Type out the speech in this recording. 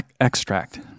extract